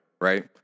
right